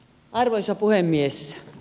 arvoisa puhemies